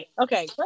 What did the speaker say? okay